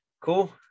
cool